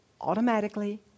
automatically